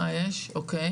או עם עין פקועה,